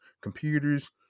computers